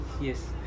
Yes